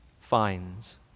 finds